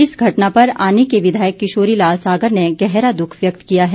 इस घटना पर आनी के विधायक किशोरी लाल सागर ने गहरा दुख व्यक्त किया है